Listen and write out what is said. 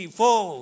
four